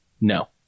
no